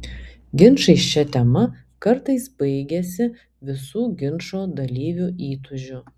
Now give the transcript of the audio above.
ginčai šia tema kartais baigiasi visų ginčo dalyvių įtūžiu